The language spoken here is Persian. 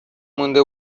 مونده